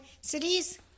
cities